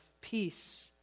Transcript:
peace